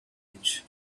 edge